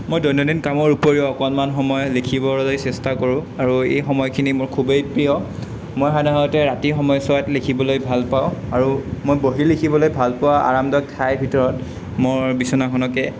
মই দৈনন্দিন কামৰ উপৰিও অকণমান সময় লিখিবলৈ চেষ্টা কৰোঁ আৰু এই সময়খিনি মোৰ খুবেই প্ৰিয় মই সাধাৰণতে ৰাতিৰ সময়ছোৱাত লিখিবলৈ ভাল পাওঁ আৰু মই বহি লিখিবলৈ ভাল পোৱা আৰামদায়ক ঠাইৰ ভিতৰত মোৰ বিছনাখনকে